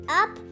up